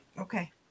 Okay